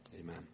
Amen